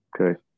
Okay